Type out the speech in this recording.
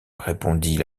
répondit